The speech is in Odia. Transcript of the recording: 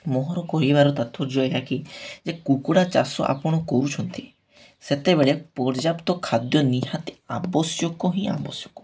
ମୋର କହିବାର ତାତ୍ପର୍ଯ୍ୟ ଏହାକିି ଯେ କୁକୁଡ଼ା ଚାଷ ଆପଣ କରୁଛନ୍ତି ସେତେବେଳେ ପର୍ଯ୍ୟାପ୍ତ ଖାଦ୍ୟ ନିହାତି ଆବଶ୍ୟକ ହିଁ ଆବଶ୍ୟକ